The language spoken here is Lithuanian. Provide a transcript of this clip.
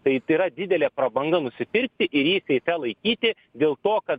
tai tai yra didelė prabanga nusipirkti ir jį seife laikyti dėl to kad